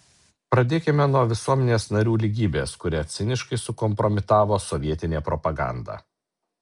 pradėkime nuo visuomenės narių lygybės kurią ciniškai sukompromitavo sovietinė propaganda